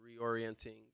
reorienting